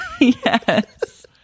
Yes